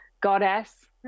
goddess